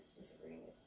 disagreements